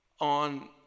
on